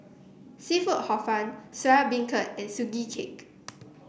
seafood Hor Fun Soya Beancurd and Sugee Cake